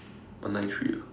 one nine three ah